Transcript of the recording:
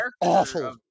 awful